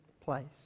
place